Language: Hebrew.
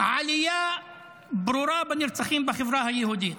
עלייה ברורה בנרצחים בחברה היהודית,